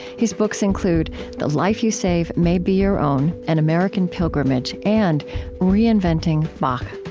his books include the life you save may be your own an american pilgrimage and reinventing bach